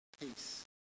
peace